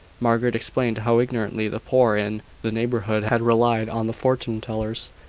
margaret explained how ignorantly the poor in the neighbourhood had relied on the fortune-tellers,